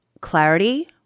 clarity